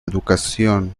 educación